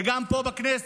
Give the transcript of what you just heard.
וגם פה בכנסת,